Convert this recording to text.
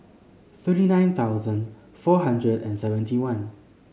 thirty nine thousand four hundred and seventy one